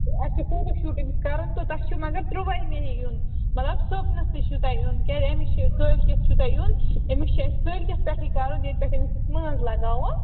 اَسہِ چھُ photo shoot أمِس کَرُن تہٕ تۄہِہ چھُو مگر تُرٛوٲہمہِ یُن مطلب صُبحنَسٕے چھُ تۄہہِ یُن کیٛازِ أمِس چھِ کٲلۍکٮ۪تھ چھُو تۄہہِ یُن أمِس چھِ اَسہِ کٲلۍکٮ۪تھ پٮ۪ٹھٕے کَرُن ییٚتہِ پٮ۪ٹھ أمِس أسۍ مٲنٛز لگاوو